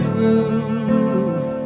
roof